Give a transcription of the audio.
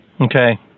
okay